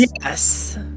Yes